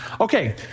Okay